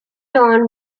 town